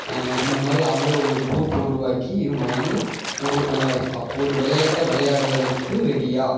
இந்த மாதிரி அவங்களே ஒரு குரூப் உருவாக்கி இவங்க வந்து ஒரு ஒரு விளையாட்ட விளையாடுவதற்கு ரெடியாக